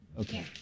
Okay